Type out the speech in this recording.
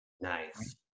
Nice